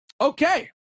Okay